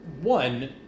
One